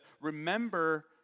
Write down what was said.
remember